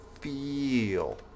feel